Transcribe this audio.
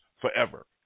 forever